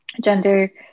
gender